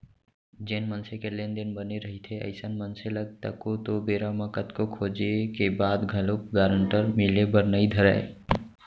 जेन मनसे के लेन देन बने रहिथे अइसन मनसे ल तको तो बेरा म कतको खोजें के बाद घलोक गारंटर मिले बर नइ धरय